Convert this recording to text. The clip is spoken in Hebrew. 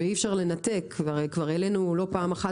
ואי אפשר לנתק כבר העלינו לא פעם אחת